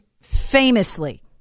famously